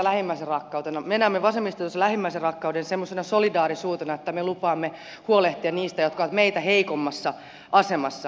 me näemme vasemmistoliitossa lähimmäisenrakkauden semmoisena solidaarisuutena että me lupaamme huolehtia niistä jotka ovat meitä heikommassa asemassa